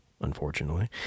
unfortunately